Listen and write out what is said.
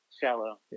shallow